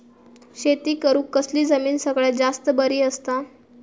शेती करुक कसली जमीन सगळ्यात जास्त बरी असता?